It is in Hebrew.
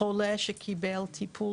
חולה שקיבל טיפול